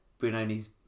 Brunoni's